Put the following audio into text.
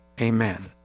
Amen